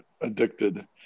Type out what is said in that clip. addicted